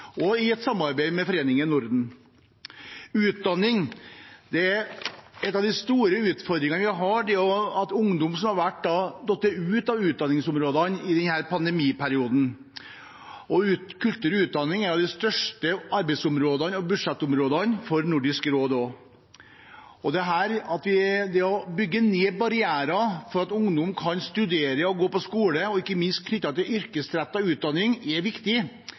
og i et samarbeid med Foreningen Norden. Når det gjelder utdanning, er en av de store utfordringene vi har, at ungdom har falt ut av utdanningsløpet i denne pandemiperioden. Kultur og utdanning er et av de største arbeids- og budsjettområdene for Nordisk råd. Det å bygge ned barrierer for at ungdom kan studere og gå på skole, ikke minst knyttet til yrkesrettet utdanning, er viktig,